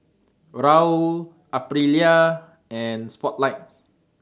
Raoul Aprilia and Spotlight